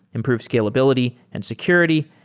improve scalability and security,